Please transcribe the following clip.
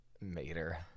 Mater